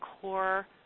core